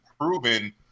proven